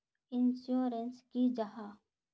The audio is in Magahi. इंश्योरेंस की जाहा?